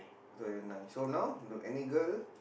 thirty nine so now you know any girl